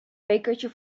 bekertje